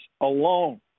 alone